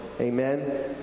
amen